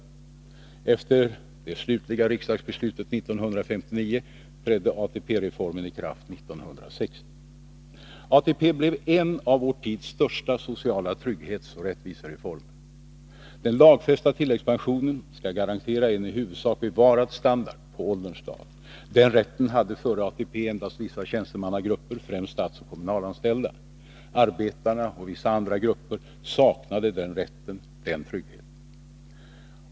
Efter det slutliga riksdagsbeslutet 1959 trädde ATP-reformen i kraft 1960. ATP blev en av vår tids största sociala trygghetsoch rättvisereformer. Den lagfästa tilläggspensionen skall garantera en i huvudsak bevarad standard på ålderns dar. Den rätten hade före ATP endast vissa tjänstemannagrupper, främst statsoch kommunalanställda. Arbetarna och vissa andra grupper saknade den rätten och den tryggheten.